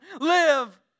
live